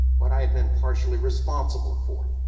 what i had been partially responsible for,